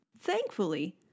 Thankfully